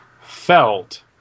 felt